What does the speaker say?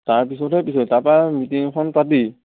তাৰপিছতহে পিছত তাৰপৰা মিটিং এখন পাতি